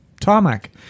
tarmac